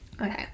okay